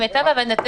ממשיכה